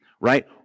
right